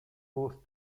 both